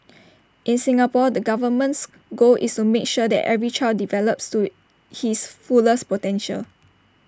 in Singapore the government's goal is to make sure that every child develops to his fullest potential